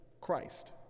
Christ